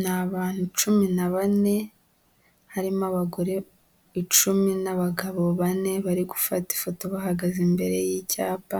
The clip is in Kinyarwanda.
Ni abantu cumi na bane, harimo abagore icumi n'abagabo bane, bari gufata ifoto bahagaze imbere y'icyapa